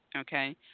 Okay